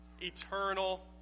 Eternal